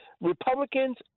Republicans